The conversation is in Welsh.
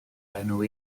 enw